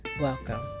Welcome